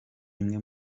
imwe